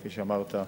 כפי שאמרת,